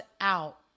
out